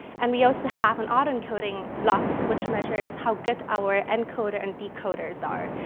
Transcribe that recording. and we also have an autoencoding loss, which measures how good our encoder and decoders are.